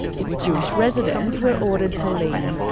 its jewish residents were ordered to leave.